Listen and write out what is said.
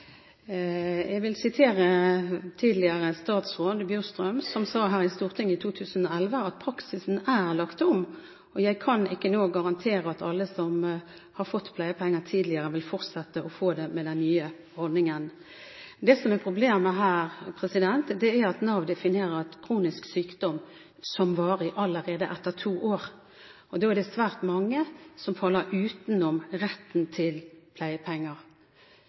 Jeg takker statsråden for svaret. Jeg vil sitere tidligere statsråd Bjurstrøm, som i 2011 sa her i Stortinget: «Praksisen er lagt om, og jeg kan ikke nå garantere at alle som har fått pleiepenger tidligere, vil fortsette å få det med den nye ordningen.» Det som er problemet her, er at Nav definerer kronisk sykdom som varig allerede etter to år. Da er det svært mange som faller utenfor retten til pleiepenger,